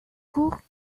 cours